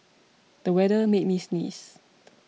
the weather made me sneeze